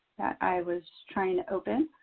i was trying to open